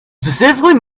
specifically